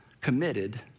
committed